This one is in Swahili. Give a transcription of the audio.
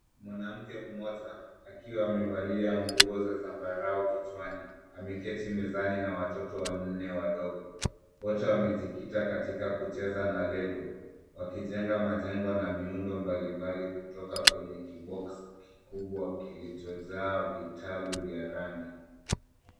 Mwanamke moja akiwa amevalia nguo za zambarao kichwani, ameketi mezani na watoto wanne wadogo. Wote wamejikita katika kucheza na lego, wakijenga majengo na miundo mbalimbali kutoka kwenye kiboxi kikubwa kilichojaa vtalu vya rangi.